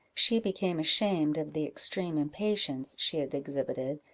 she became ashamed of the extreme impatience she had exhibited,